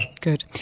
Good